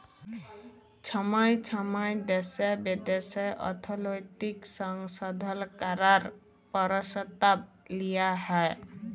ছময় ছময় দ্যাশে বিদ্যাশে অর্থলৈতিক সংশধল ক্যরার পরসতাব লিয়া হ্যয়